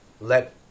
let